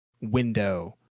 window